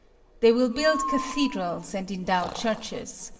they will build cathedrals and endow churches.